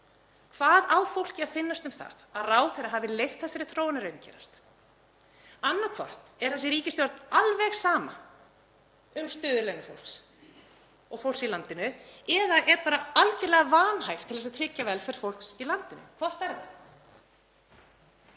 Hvað á fólki að finnast um það að ráðherra hafi leyft þessari þróun að raungerast? Annaðhvort er þessari ríkisstjórn alveg sama um stöðu launafólks og fólks í landinu eða er bara algjörlega vanhæf til þess að tryggja velferð fólks í landinu. Hvort er það?